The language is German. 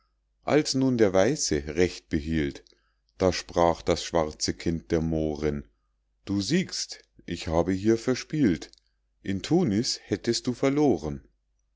als nun der weiße recht behielt da sprach das schwarze kind der mohren du siegst ich habe hier verspielt in tunis hättest du verloren